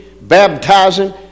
baptizing